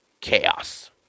Chaos